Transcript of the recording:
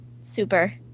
Super